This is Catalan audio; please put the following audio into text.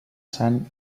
sant